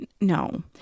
no